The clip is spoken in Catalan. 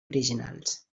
originals